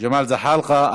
ג'מאל זחאלקה.